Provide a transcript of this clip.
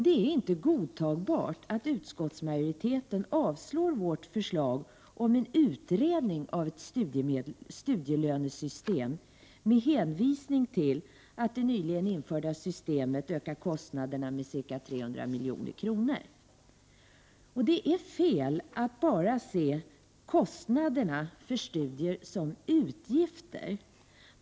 Det är inte godtagbart att utskottsmajoriteten med hänvisning till att det nyligen införda systemet ökar kostnaderna med ca 300 milj.kr. avstyrker vårt förslag om en utredning av ett studielönesystem. Det är fel att se kostnaderna för studier enbart som utgifter.